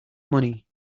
money